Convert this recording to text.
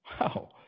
Wow